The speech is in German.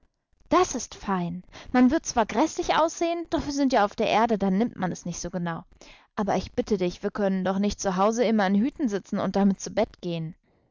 das ist fein man wird zwar gräßlich aussehen doch wir sind ja auf der erde da nimmt man es nicht so genau aber ich bitte dich wir können doch nicht zu hause immer in hüten sitzen und damit zu bett gehen